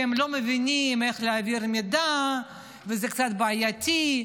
כך שהם לא מבינים איך להעביר מידע ושזה קצת בעייתי.